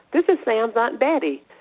this is sam's aunt betty.